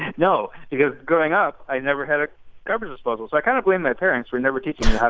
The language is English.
no because growing up i never had a garbage disposal. so i kind of blame my parents for never teaching yeah